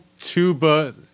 tuba